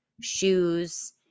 shoes